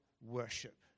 worship